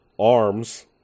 arms